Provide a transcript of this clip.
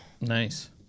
Nice